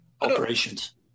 operations